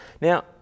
Now